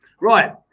Right